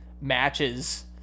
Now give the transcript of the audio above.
matches